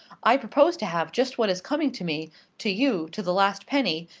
i propose to have just what is coming to me to you, to the last penny,